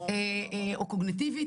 או קוגנטיבית.